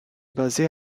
basée